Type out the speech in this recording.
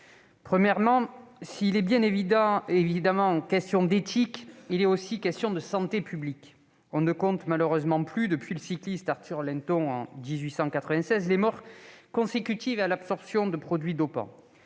Premièrement, s'il est bien évidemment question d'éthique, il est aussi question de santé publique. On ne compte malheureusement plus, depuis le cycliste Arthur Linton en 1896, les morts consécutives à l'absorption de produits dopants.